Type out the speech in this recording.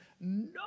no